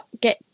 get